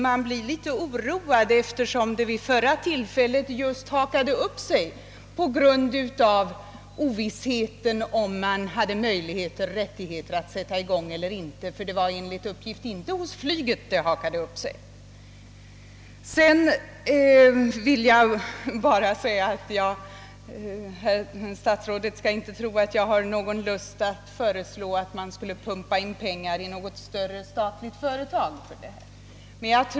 Jag blev emellertid litet oroad, eftersom det vid förra tillfället just hakade upp sig på grund av ovissheten, om man hade möjlighet och rättighet eller inte att sätta i gång. Det var enligt uppgift inte hos flyget det hakade upp sig. Sedan vill jag bara säga att herr statsrådet skall inte tro att jag har någon lust att föreslå att man skulle pumpa in pengar i något större statligt företag på området.